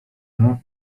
prawda